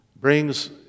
brings